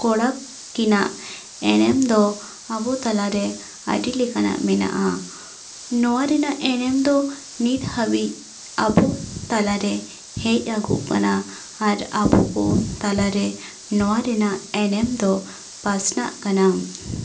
ᱠᱚᱲᱟ ᱠᱤᱱᱟᱜ ᱮᱱᱮᱢ ᱫᱚ ᱟᱵᱚ ᱛᱟᱞᱟᱨᱮ ᱟᱹᱰᱤ ᱞᱮᱠᱟᱱᱟᱜ ᱢᱮᱱᱟᱜᱼᱟ ᱱᱚᱣᱟ ᱨᱮᱱᱟᱜ ᱮᱱᱮᱢ ᱫᱚ ᱱᱤᱛ ᱦᱟᱹᱵᱤᱡ ᱟᱵᱚ ᱛᱟᱞᱮᱨᱮ ᱦᱮᱡ ᱟᱹᱜᱩᱜ ᱠᱟᱱᱟ ᱟᱨ ᱟᱵᱚᱠᱚ ᱛᱟᱞᱟᱨᱮ ᱱᱚᱣᱟ ᱨᱮᱱᱟᱜ ᱮᱱᱮᱢ ᱫᱚ ᱯᱟᱥᱱᱟᱜ ᱠᱟᱱᱟ